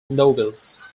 novels